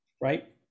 right